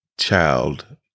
child